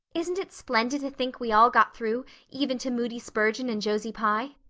isn't it splendid to think we all got through even to moody spurgeon and josie pye?